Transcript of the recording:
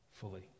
fully